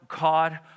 God